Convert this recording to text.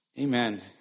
Amen